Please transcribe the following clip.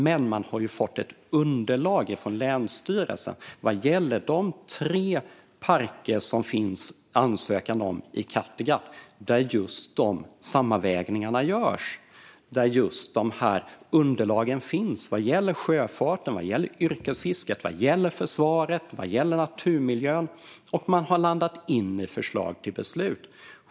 Men vad gäller de tre parker i Kattegatt som det finns ansökningar om har man ju fått underlag från länsstyrelsen där just dessa överväganden görs. Underlag finns vad gäller sjöfarten, yrkesfisket, försvaret och naturmiljön, och länsstyrelsen har landat i ett förslag till beslut.